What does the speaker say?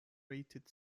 rated